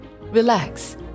relax